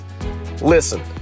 Listen